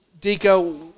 Dico